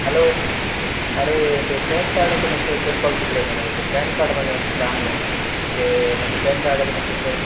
hello आरे ते पॅनकार्डाचें मातशें करपाक दिल्ले मरे ते पॅन कार्ड म्हाजे मातशें जावंक ना ते मातशें पॅन कार्डाचे मातशें कर